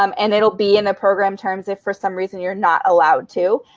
um and it'll be in the program terms if for some reason you're not allowed to.